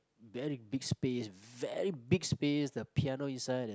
very big space very big space the piano inside